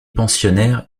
pensionnaires